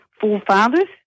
forefathers